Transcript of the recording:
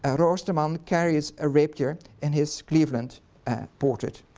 ah roosterman carries a rapier in his cleveland portrait.